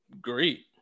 great